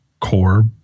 core